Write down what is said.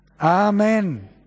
Amen